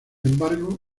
embargo